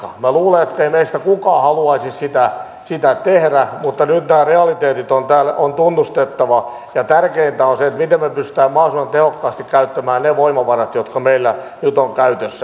minä luulen ettei meistä kukaan haluaisi sitä tehdä mutta nyt nämä realiteetit on tunnustettava ja tärkeintä on se miten me pystymme mahdollisimman tehokkaasti käyttämään ne voimavarat jotka meillä nyt on käytössä